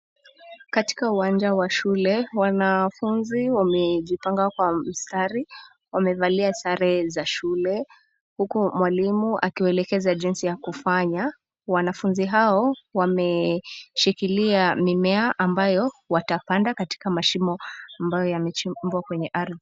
Katika uwanja wa shule, wanafunzi wamejipanga kwa mstari, wamevalia sare za shule huku mwalimu akiwaelekeza jinsi ya kufanya. Wanafunzi hao wameshikilia mimea ambayo watapanda katika mashimo ambayo yamechimbwa kwenye ardhi.